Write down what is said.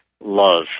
love